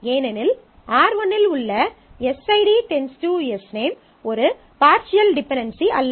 ஏனெனில் R1 இல் உள்ள எஸ்ஐடி எஸ்நேம் ஒரு பார்ஷியல் டிபென்டென்சி அல்ல